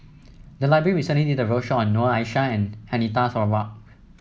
the library recently did a roadshow on Noor Aishah and Anita Sarawak